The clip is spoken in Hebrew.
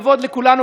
כבוד לכולנו,